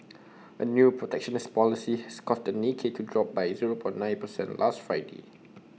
A new protectionist policy has caused the Nikkei to drop by zero per nine percent last Friday